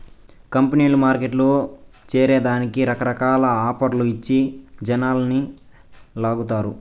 కంపెనీలు టార్గెట్లు చేరే దానికి రకరకాల ఆఫర్లు ఇచ్చి జనాలని లాగతారు